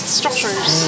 structures